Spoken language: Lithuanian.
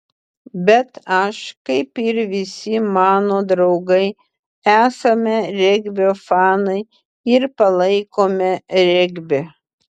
bet aš kaip ir visi mano draugai esame regbio fanai ir palaikome regbį